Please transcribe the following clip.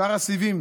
שר הסיבים,